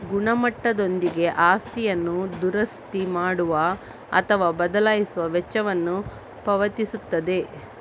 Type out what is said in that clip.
ಗುಣಮಟ್ಟದೊಂದಿಗೆ ಆಸ್ತಿಯನ್ನು ದುರಸ್ತಿ ಮಾಡುವ ಅಥವಾ ಬದಲಿಸುವ ವೆಚ್ಚವನ್ನು ಪಾವತಿಸುತ್ತದೆ